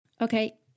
Okay